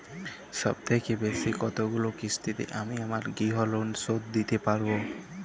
সবথেকে বেশী কতগুলো কিস্তিতে আমি আমার গৃহলোন শোধ দিতে পারব?